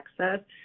access